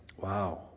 Wow